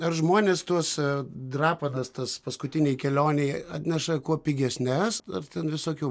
ar žmonės tuos drapanas tas paskutinei kelionei atneša kuo pigesnes ar ten visokių